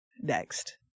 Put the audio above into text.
next